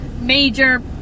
Major